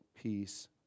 peace